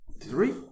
Three